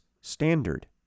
standard